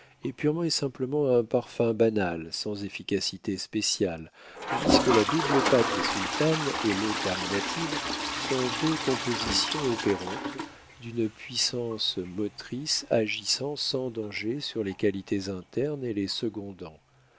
est purement et simplement un parfum banal sans efficacité spéciale tandis que la double pâte des sultanes et l'eau carminative sont deux compositions opérantes d'une puissance motrice agissant sans danger sur les qualités internes et les